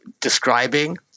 describing